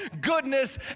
goodness